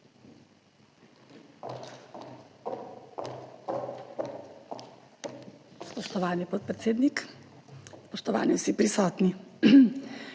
Spoštovani podpredsednik, spoštovani vsi prisotni!